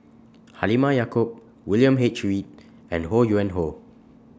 Halimah Yacob William H Read and Ho Yuen Hoe